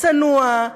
צנוע,